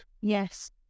Yes